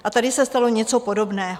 A tady se stalo něco podobného.